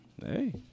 Hey